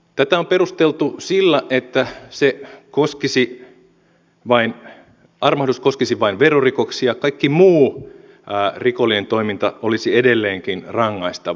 tätä on perusteltu sillä että armahdus koskisi vain verorikoksia kaikki muu rikollinen toiminta olisi edelleenkin rangaistavaa